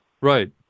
Right